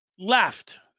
Left